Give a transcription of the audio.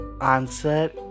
answer